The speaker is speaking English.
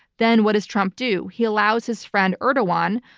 then what does trump do? he allows his friend, erdogan,